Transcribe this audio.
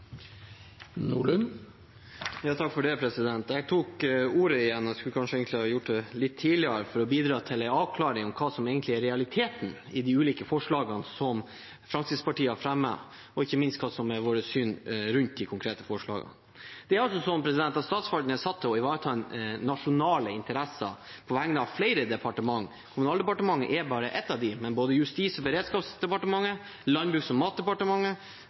realiteten i de ulike forslagene Fremskrittspartiet har fremmet, og ikke minst hva som er vårt syn rundt de konkrete forslagene. Det er altså sånn at Statsforvalteren er satt til å ivareta nasjonale interesser på vegne av flere departementer. Kommunaldepartementet er bare ett av dem, det gjelder både Justis- og beredskapsdepartementet, Landbruks- og matdepartementet,